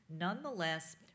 Nonetheless